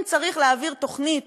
שאם צריך להעביר תוכנית